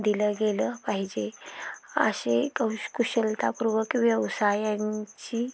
दिलं गेलं पाहिजे असे कौश कुशलतापूर्वक व्यवसायांची